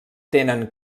tenen